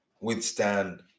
withstand